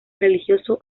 religioso